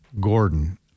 Gordon